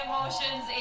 emotions